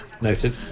Noted